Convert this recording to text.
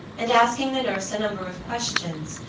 and asking the nurse a number of questions,